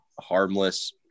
harmless